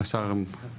בוקר טוב,